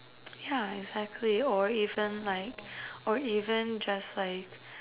yeah exactly or even like or even just like